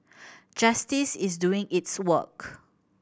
justice is doing its work